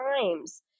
times